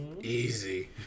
Easy